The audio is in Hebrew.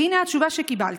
והינה התשובה שקיבלתי: